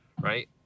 right